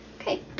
Okay